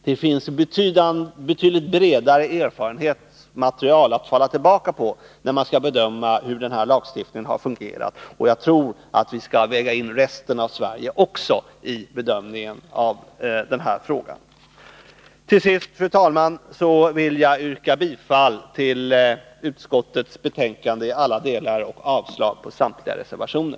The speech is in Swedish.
Det finns betydligt bredare erfarenhetsmaterial att falla tillbaka på när man skall bedöma hur denna lagstiftning har fungerat, och jag tror att vi skall väga in resten av Sverige också i bedömningen av den här frågan. Till sist, fru talman, vill jag yrka bifall till utskottets hemställan i alla delar och avslag på samtliga reservationer.